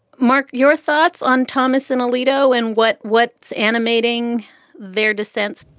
mark, your thoughts on thomas and alito and what what's animating their dissents?